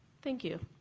thank you.